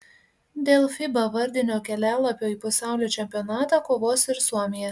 dėl fiba vardinio kelialapio į pasaulio čempionatą kovos ir suomija